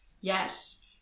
Yes